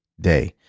Day